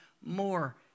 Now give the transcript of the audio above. more